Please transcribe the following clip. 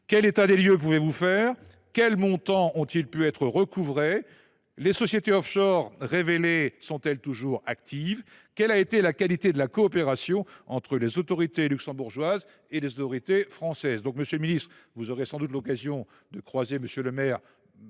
Quel état des lieux peut être fait ? Quels montants ont pu être recouvrés ? Les sociétés offshore révélées sont elles toujours actives ? Quelle a été la qualité de la coopération entre les autorités luxembourgeoises et les autorités françaises ?